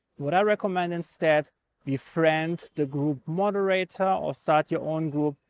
what i recommend instead befriend the group moderator, or start your own group.